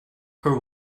her